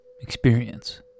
Experience